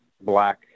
black